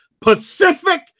Pacific